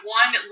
one